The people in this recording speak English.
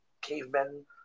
cavemen